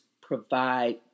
provide